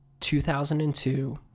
2002